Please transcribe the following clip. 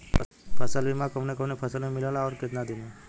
फ़सल बीमा कवने कवने फसल में मिलेला अउर कितना दिन में?